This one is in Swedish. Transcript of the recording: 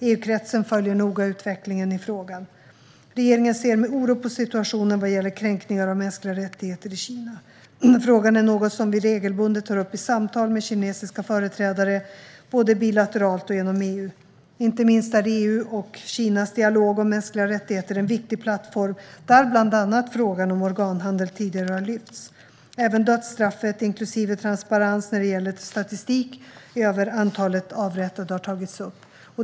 EU-kretsen följer noga utvecklingen i frågan. Regeringen ser med oro på situationen vad gäller kränkningar av mänskliga rättigheter i Kina. Frågan är något som vi regelbundet tar upp i samtal med kinesiska företrädare, både bilateralt och genom EU. Inte minst är EU och Kinas dialog om mänskliga rättigheter en viktig plattform där bland annat frågan om organhandel tidigare har lyfts fram. Även dödsstraffet, inklusive transparens när det gäller statistik över antalet avrättade, har tagits upp.